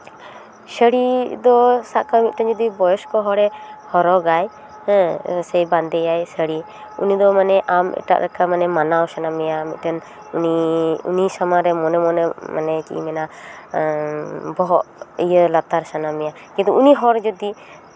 ᱥᱟᱹᱲᱤ ᱫᱚ ᱥᱟᱵ ᱠᱟᱜ ᱢᱮ ᱢᱤᱫᱴᱟᱱ ᱡᱩᱫᱤ ᱵᱚᱭᱚᱥᱠᱚ ᱦᱚᱲᱮ ᱦᱚᱨᱚᱜᱟᱭ ᱦᱮᱸ ᱵᱟᱸᱫᱮᱭᱟᱭ ᱥᱟᱹᱲᱤ ᱩᱱᱤ ᱫᱚ ᱢᱟᱱᱮ ᱟᱢ ᱮᱴᱟᱜ ᱞᱮᱠᱟ ᱢᱟᱱᱮ ᱢᱟᱱᱟᱣ ᱥᱟᱱᱟ ᱢᱮᱭᱟ ᱢᱤᱫᱴᱮᱱ ᱩᱱᱤ ᱩᱱᱤ ᱥᱟᱢᱟᱝ ᱨᱮ ᱢᱚᱱᱮ ᱢᱚᱱᱮ ᱢᱟᱱᱮ ᱪᱮᱫ ᱤᱧ ᱢᱮᱱᱟ ᱵᱚᱦᱚᱜ ᱤᱭᱟᱹ ᱞᱟᱛᱟᱨ ᱥᱟᱱᱟ ᱢᱮᱭᱟ ᱠᱤᱱᱛᱩ ᱩᱱᱤ ᱦᱚᱲ ᱡᱩᱫᱤ